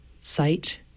site